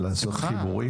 בשמחה.